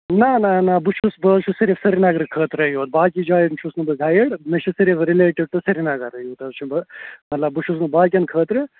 نہَ نہَ نہَ بہٕ چھُس بہٕ حظ چھُس صِرِف سِری نگرٕ خٲطرٕے یوٚت باقِین جایَن چھُس نہٕ بہٕ گایِڈ مےٚ چھُ صِرف رِلیٹِڈ ٹوٗ سری نگر یوٚت حظ چھُس بہٕ مطلب بہٕ چھُس نہَ باقین خٲطرٕ